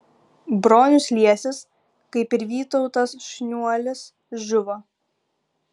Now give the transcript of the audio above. bronius liesis kaip ir vytautas šniuolis žuvo